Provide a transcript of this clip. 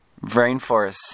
Rainforest